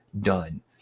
done